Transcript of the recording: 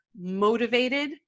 motivated